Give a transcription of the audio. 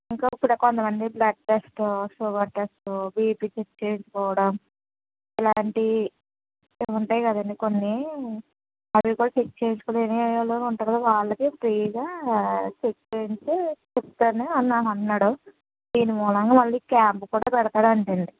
ఇంకా ఇప్పుడు కొంతమంది blood test sugar test BP check చేసుకోవడం ఇలాంటి ఉంటాయి కదండీ కొన్ని అవి కూడా చెక్ చేసుకోలేని వాళ్ళు ఉంటారు కదా వాళ్లకి ఫ్రీ గా ఆ చెక్ చేయించుకుని ఇస్తాను అని అన్నాడు దీని మూలంగా మళ్ళీ క్యాంప్ కూడా పెడతాడంట అండి